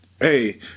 Hey